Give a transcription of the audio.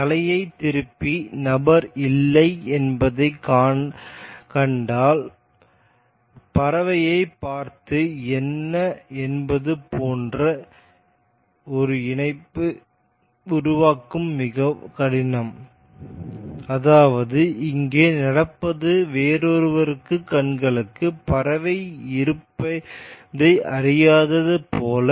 தலையைத் திருப்பி நபர் இல்லை என்பதைக் கண்டால் பறவையைப் பார்த்து என்ன என்பது போன்ற ஒரு இணைப்பை உருவாக்குவது மிகவும் கடினம் அதாவது இங்கே நடப்பது வேறொருவரின் கண்களுக்கு பறவை இருப்பை அறியாதது போல